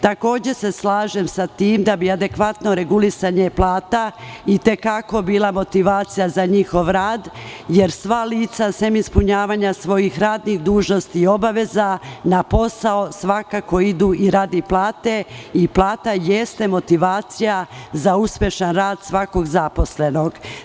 Takođe se slažem sa tim da bi adekvatno regulisanje plata i te kako bila motivacija za njihov rad, jer sva lica, sem ispunjavanja svojih radnih dužnosti i obaveza, na posao svakako idu i radi plate i plata jeste motivacija za uspešan rad svakog zaposlenog.